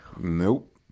Nope